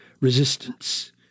resistance